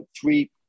three